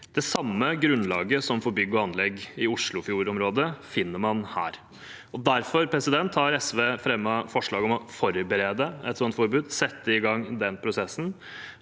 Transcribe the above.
Det samme grunnlaget som for bygg og anlegg i oslofjordområdet finner man her. Derfor har SV fremmet forslag om å forberede et sånt forbud og sette i gang den prosessen.